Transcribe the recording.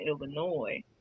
Illinois